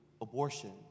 abortion